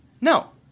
no